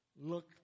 Look